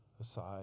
aside